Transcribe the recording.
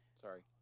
Sorry